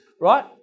right